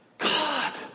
God